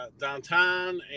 downtown